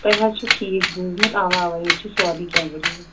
تُہۍ حظ چھِ ٹھیٖک بوٗزمُت اَوا اَوا ییٚتہِ چھُ سورُے کیٚنٛہہ ایویلیبٕل